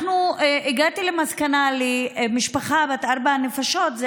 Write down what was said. הגעתי למסקנה: למשפחה בת ארבע נפשות זה